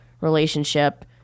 relationship